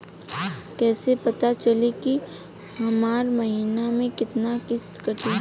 कईसे पता चली की हमार महीना में कितना किस्त कटी?